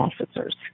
officers